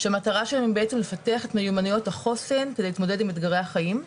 שהמטרה שלהם בעצם לפתח את מיומנויות החוסן כדי להתמודד עם אתגרי החיים.